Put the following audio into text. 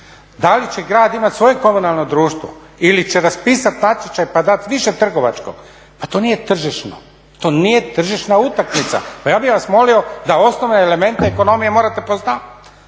Da li će grad imati svoje komunalno društvo ili će raspisati natječaj pa dati više trgovačkog, pa to nije tržišno, to nije tržišna utakmica. Pa ja bih vas molio da osnovne elemente ekonomije morate poznavati.